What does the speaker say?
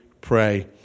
pray